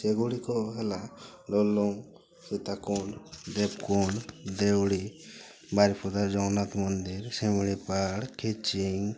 ସେଗୁଡ଼ିକ ହେଲା ସୀତାକୁଣ୍ଡ ଦେବକୁଣ୍ଡ ଦେଉଳି ବାରିପଦା ଜଗନ୍ନାଥ ମନ୍ଦିର ଶିମିଳିପାଳ ଖିଚିଙ୍ଗ